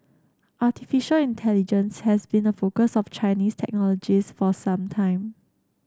artificial intelligence has been a focus of Chinese technologists for some time